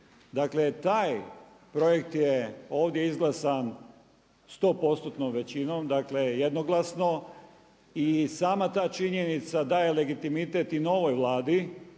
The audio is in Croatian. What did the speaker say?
Dakle taj projekt je ovdje izglasan 100%-tnom većinom, dakle jednoglasno i sama ta činjenica daje legitimitet i novoj Vladi